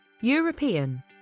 European